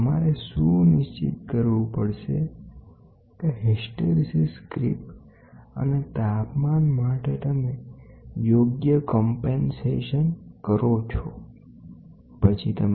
જ્યારે આપણે તેનો ઉપયોગ માપન માટે કરીએ છીએ ત્યારે તમારે સુનિશ્ચિત કરવું પડશે કે હિસ્ટ્રેસીસ ક્રીપ અને તાપમાન માટે તમે યોગ્ય વળતર છે કે નહી અને આ ભૂલની નુકશાની ભરપાઇ થાય બરાબર